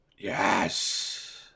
Yes